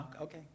Okay